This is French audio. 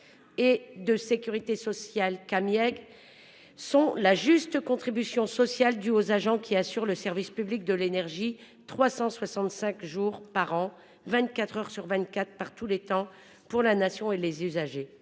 et gazières (Camieg) -sont la juste contribution sociale due aux agents qui assurent le service public de l'énergie 365 jours par an et 24 heures sur 24, et par tous les temps, pour la Nation et les usagers.